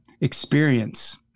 experience